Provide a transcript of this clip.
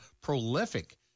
prolific